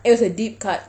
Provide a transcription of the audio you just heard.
it was a deep cut